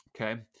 Okay